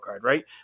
right